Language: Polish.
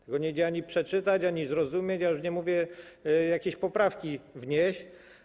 Tego nie da się ani przeczytać, ani zrozumieć, a już nie mówię, jakieś poprawki wnieść.